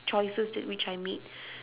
choices th~ which I made